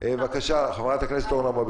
אלא שהם מהמגעים ואלה שחזרו